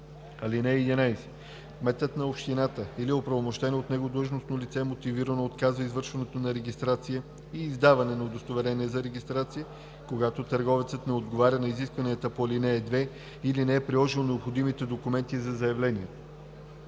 (11) Кметът на общината или оправомощено от него длъжностно лице мотивирано отказва извършването на регистрация и издаване на удостоверение за регистрация, когато търговецът не отговаря на изискванията по ал. 2 или не е приложил необходимите документи към заявлението.